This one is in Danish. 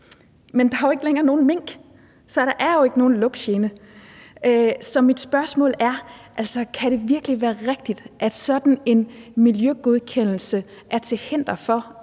Men der er jo ikke længere nogen mink, så der er ikke nogen lugtgene. Så mit spørgsmål er: Kan det virkelig være rigtigt, at sådan en miljøgodkendelse er til hinder for, at man kan